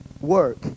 work